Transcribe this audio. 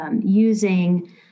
using